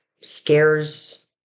scares